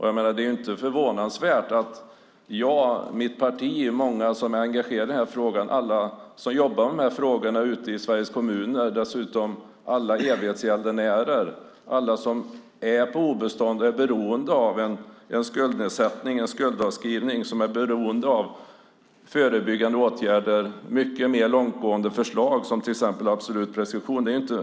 Jag, mitt parti och många är engagerade i den här frågan. Jag tänker på alla som jobbar med den här frågan ute i Sveriges kommuner. Jag tänker också på alla evighetsgäldenärer, alla som är på obestånd och som är beroende av en skuldnedsättning, en skuldavskrivning, och som är beroende av förebyggande åtgärder och mycket mer långtgående förslag som till exempel absolut preskription.